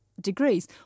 degrees